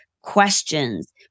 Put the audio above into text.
Questions